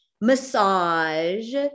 massage